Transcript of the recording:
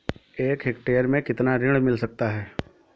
एक हेक्टेयर में कितना ऋण मिल सकता है?